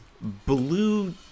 blue